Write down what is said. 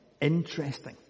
interesting